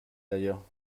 d’ailleurs